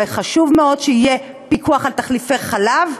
וחשוב מאוד שיהיה פיקוח על תחליפי חלב,